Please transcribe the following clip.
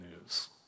news